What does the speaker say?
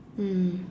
mm